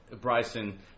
Bryson